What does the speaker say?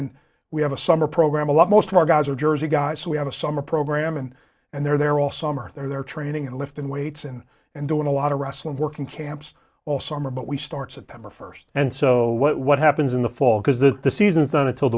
and we have a summer program a lot most of our guys are jersey guys so we have a summer program and and they're there all summer they're training and lifting weights and and doing a lot of wrestling work in camps all summer but we starts at them or first and so what happens in the fall because that the season's on until